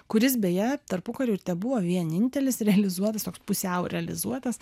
kuris beje tarpukariu ir tebuvo vienintelis realizuotas toks pusiau realizuotas